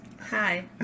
Hi